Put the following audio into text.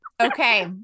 Okay